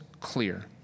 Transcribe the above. clear